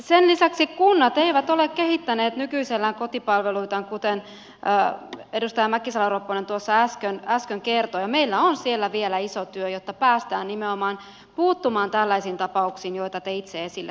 sen lisäksi kunnat eivät ole kehittäneet nykyisellään kotipalveluitaan kuten edustaja mäkisalo ropponen tuossa äsken kertoi ja meillä on siellä vielä iso työ jotta päästään nimenomaan puuttumaan tällaisiin tapauksiin joita te itse esille toitte